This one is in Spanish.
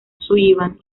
sullivan